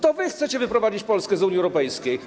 To wy chcecie wyprowadzić Polskę z Unii Europejskiej.